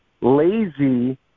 lazy